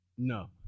No